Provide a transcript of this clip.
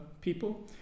people